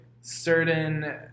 certain